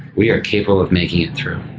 we are capable of making it through.